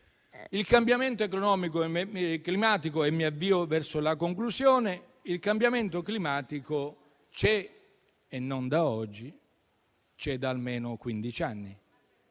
Il cambiamento climatico c'è e non da oggi. C'è da almeno quindici